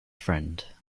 friend